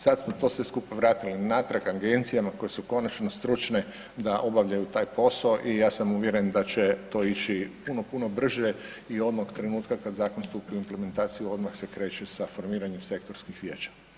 Sad smo to sve skupa vratili natrag agencijama koje su konačno stručne da obavljaju taj posao i ja sam uvjeren da će to ići puno, puno brže i onog trenutka kad zakon stupi u implementaciju, odmah se kreće sa formiranjem sektorskih vijeća.